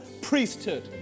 priesthood